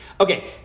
Okay